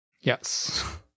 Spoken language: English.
Yes